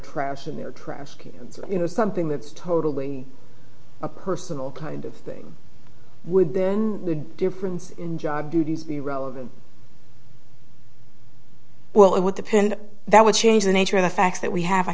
trash in their trash can you know something that's totally a personal kind of thing would then the difference in job duties be relevant well it would depend that would change the nature of the fact that we have